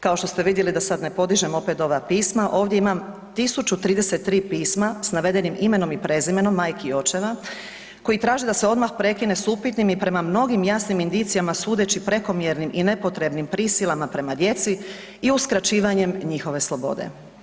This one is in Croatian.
Kao što ste vidjeli da sad ne podižem opet ova pisma ovdje imam 1.033 pisma s navedenim imenom i prezimenom majki i očeva koji traže da se odmah prekine s upitnim i prema mnogim jasnim indicijama sudeći prekomjernim prisilama prema djeci i uskraćivanjem njihove slobode.